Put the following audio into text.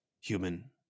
human